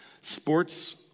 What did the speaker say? Sports